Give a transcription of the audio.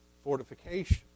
fortification